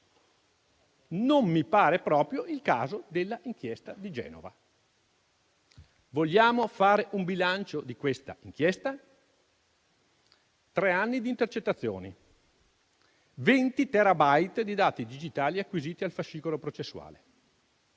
Non mi pare proprio il caso dell'inchiesta di Genova. Vogliamo fare un bilancio di questa inchiesta? Tre anni di intercettazioni, venti *terabyte* di dati digitali acquisiti al fascicolo processuale.